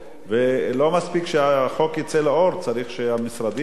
לא מספיק שהחוק יצא לאור, צריך שהמשרדים השונים,